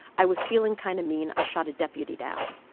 i was feelin' kind of mean. i shot a deputy down.